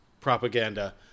propaganda